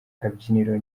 kabyiniro